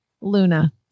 luna